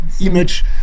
image